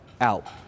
out